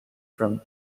from